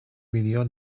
millions